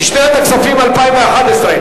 לשנת הכספים 2012,